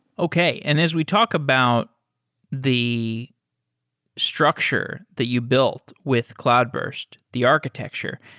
okay. and as we talk about the structure that you built with cloudburst, the architecture,